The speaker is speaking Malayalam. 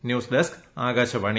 news desk Akashvani